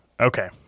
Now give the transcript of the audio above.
okay